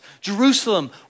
Jerusalem